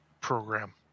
program